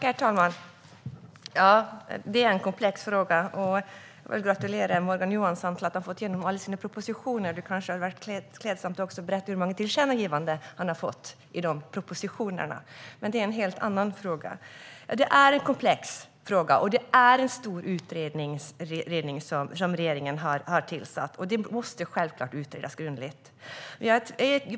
Herr talman! Detta är en komplex fråga. Jag vill gratulera Morgan Johansson till att han har fått igenom alla sina propositioner i riksdagen. Det hade kanske varit klädsamt om han också hade berättat hur många tillkännagivanden som har gjorts med anledning av dessa propositioner. Men det är en helt annan fråga. Detta är alltså en komplex fråga, och det är en stor utredning som regeringen har tillsatt. Och detta måste självklart utredas grundligt.